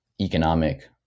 economic